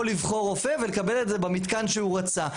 לבחור רופא ולקבל את זה במתקן שהוא רצה.